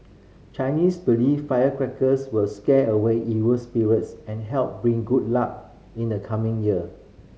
Chinese believe firecrackers will scare away evil spirits and help bring good luck in the coming year